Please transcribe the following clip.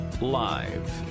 Live